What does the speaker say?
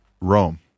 Rome